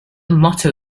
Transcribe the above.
motto